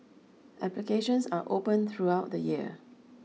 applications are open throughout the year